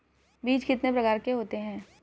बीज कितने प्रकार के होते हैं?